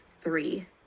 three